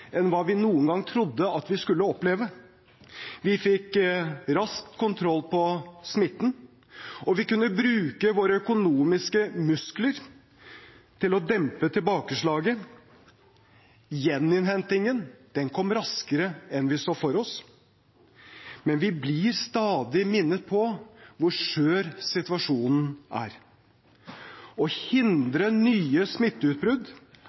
enn vi noen gang trodde vi skulle oppleve. Vi fikk raskt kontroll på smitten. Og vi kunne bruke våre økonomiske muskler til å dempe tilbakeslaget. Gjeninnhentingen kom raskere enn vi så for oss. Men vi blir stadig minnet på hvor skjør situasjonen er.